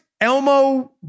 Elmo